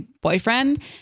boyfriend